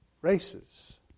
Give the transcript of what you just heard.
races